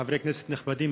חברי כנסת נכבדים,